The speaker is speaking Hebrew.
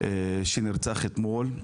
שנרצח אתמול.